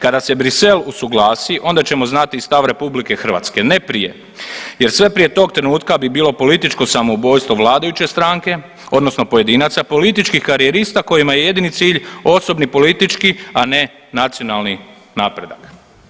Kada se Bruxelles usuglasi ona ćemo i znati stav RH, ne prije jer sve prije tog trenutka bi bilo političko samoubojstvo vladajuće stranke odnosno pojedinaca, političkih karijerista kojima je jedini cilj osobni politički, a ne nacionalni napredak.